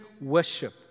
worship